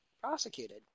prosecuted